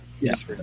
yes